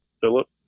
Philip